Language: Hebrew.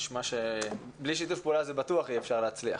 נשמע שבלי שיתוף פעולה אי אפשר להצליח.